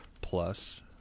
plus